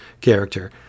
character